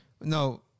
No